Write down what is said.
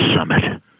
Summit